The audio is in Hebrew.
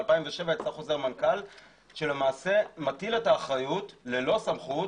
ב-2007 יצא חוזר מנכ"ל שמטיל את האחריות ללא סמכות